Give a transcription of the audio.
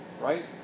right